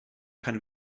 pan